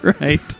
Right